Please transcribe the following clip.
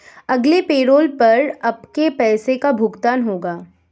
अगले पैरोल पर आपके पैसे का भुगतान होगा